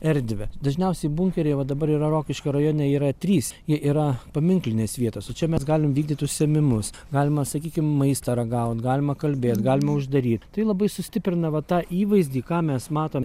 erdvę dažniausiai bunkeryje va dabar yra rokiškio rajone yra trys jie yra paminklinės vietos o čia mes galim vykdyt užsiėmimus galima sakykim maistą ragaut galima kalbėt gaima uždaryt tai labai sustiprina va tą įvaizdį ką mes matom